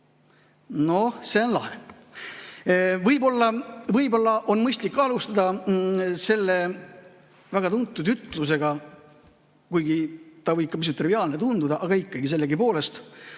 Noh, see on lahe! Võib-olla on mõistlik alustada selle väga tuntud ütlusega, kuigi ta võib ka pisut triviaalne tunduda, aga ikkagi sellegipoolest.